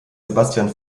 sebastian